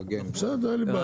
וגם 400 מיליון